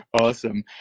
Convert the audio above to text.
Awesome